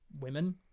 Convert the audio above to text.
women